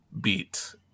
beat